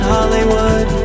Hollywood